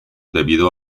debido